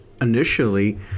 initially